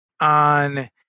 on